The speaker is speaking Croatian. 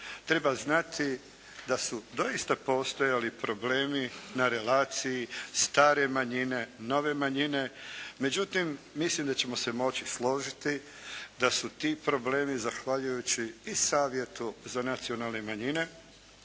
treba znati da su doista postojali problemi na relaciji stare manjine nove manjine međutim mislim da ćemo se moći složiti da su ti problemi zahvaljujući i Savjetu za nacionalne manjine